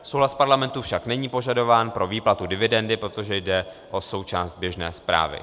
Souhlas parlamentu však není požadován pro výplatu dividendy, protože jde o součást běžné správy.